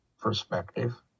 perspective